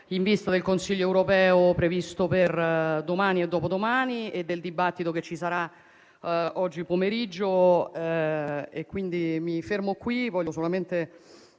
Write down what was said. Grazie